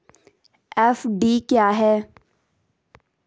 FD क्या है?